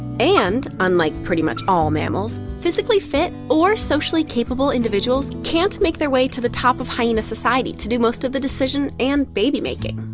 and unlike pretty much all mammals, physically fit or socially capable individuals can't make their way to the top of hyena society to do most of the decision and baby-making.